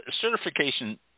Certification